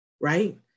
right